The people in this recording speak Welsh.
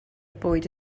bwyd